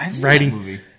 writing